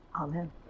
Amen